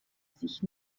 sich